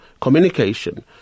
communication